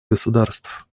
государств